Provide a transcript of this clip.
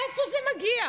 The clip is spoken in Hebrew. מאיפה זה מגיע?